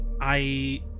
I-